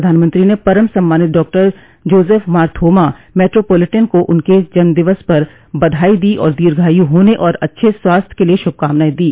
प्रधानमंत्री ने परम सम्मानित doctor Joseph Mar Thoma metropolitan को उनके जन्मदिन पर बधाई दो और दीर्घायु होने और अच्छे स्वास्थ्य के लिए शुभकामनाएं दी